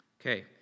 Okay